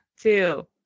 Two